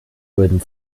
würden